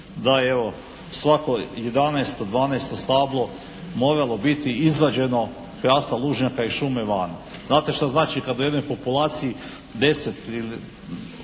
da evo svako 11., 12. stablo moralo biti izvađeno hrasta lužnjaka iz šume van. Znate šta znači kada u jednoj populaciji 10. ili